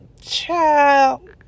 child